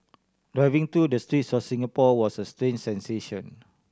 driving through the streets the Singapore was a strange sensation